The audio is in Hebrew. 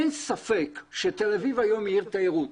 אין ספק שתל אביב היום היא עיר תיירות.